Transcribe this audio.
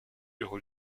eurent